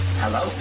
hello